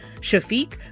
Shafiq